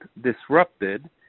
disrupted